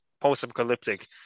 post-apocalyptic